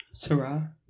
Sarah